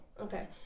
Okay